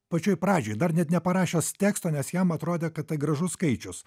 pačioj pradžioj dar net neparašęs teksto nes jam atrodė kad tai gražus skaičius